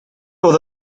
oedd